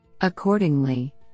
Accordingly